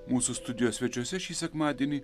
mūsų studijos svečiuose šį sekmadienį